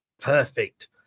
Perfect